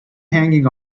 hanging